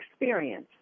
experience